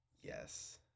yes